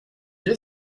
est